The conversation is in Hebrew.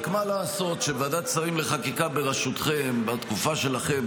רק מה לעשות שוועדת השרים לחקיקה בראשותכם בתקופה שלכם,